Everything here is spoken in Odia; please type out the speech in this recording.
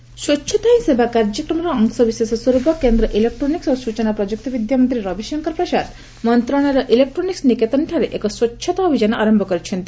କ୍ଲିନଲିନେସ୍ ସ୍ୱଚ୍ଛତା ହି ସେବା କାର୍ଯ୍ୟକ୍ରମର ଅଂଶବିଶେଷସ୍ୱର୍ପ କେନ୍ଦ୍ର ଇଲେକ୍ଟ୍ରୋନିକ୍ସ ଓ ସ୍ଟୁଚନା ପ୍ରଯୁକ୍ତି ବିଦ୍ୟା ମନ୍ତ୍ରୀ ରବିଶଙ୍କର ପ୍ରସାଦ ମନ୍ତ୍ରଣାଳୟର ଇଲେକ୍ଟ୍ରୋନିକ୍ସ ନିକେତନଠାରେ ଏକ ସ୍ୱଚ୍ଛତା ଅଭିଯାନ ଆରମ୍ଭ କରିଛନ୍ତି